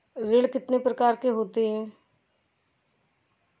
ऋण कितनी प्रकार के होते हैं?